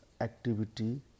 activity